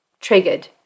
triggered